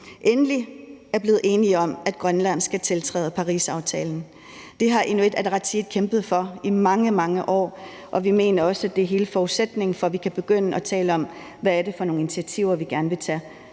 endelig er blevet enige om, at Grønland skal tiltræde Parisaftalen. Det har Inuit Ataqatigiit kæmpet for i mange, mange år, og vi mener også, at det er hele forudsætningen for, at vi kan begynde at tale om, hvad det er for nogle initiativer, vi gerne vil tage,